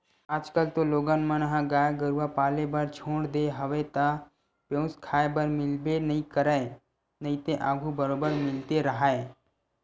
आजकल तो लोगन मन ह गाय गरुवा पाले बर छोड़ देय हवे त पेयूस खाए बर मिलबे नइ करय नइते आघू बरोबर मिलते राहय